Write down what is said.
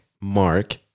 mark